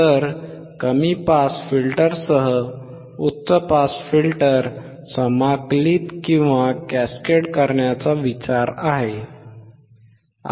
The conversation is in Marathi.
तर कमी पास फिल्टरसह उच्च पास फिल्टर समाकलित किंवा कॅस्केड करण्याचा विचार आहे